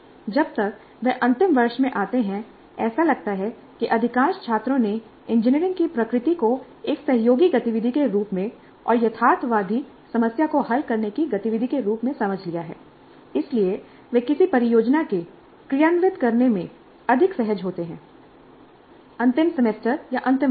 जब तक वे अंतिम वर्ष में आते हैं ऐसा लगता है कि अधिकांश छात्रों ने इंजीनियरिंग की प्रकृति को एक सहयोगी गतिविधि के रूप में और यथार्थवादी समस्या को हल करने की गतिविधि के रूप में समझ लिया है इसलिए वे किसी परियोजना को क्रियान्वित करने में अधिक सहज होते हैं अंतिम सेमेस्टर या अंतिम वर्ष में